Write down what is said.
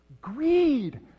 Greed